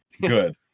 good